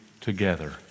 together